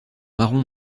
marron